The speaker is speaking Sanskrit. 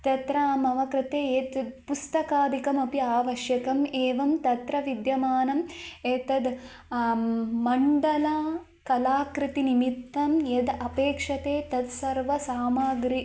तत्र मम कृते एतद् पुस्तकादिकम् अपि आवश्यकम् एवं तत्र विद्यमानम् एतद् मण्डला कलाकृतिनिमित्तं यद् अपेक्षते तत् सर्व सामग्री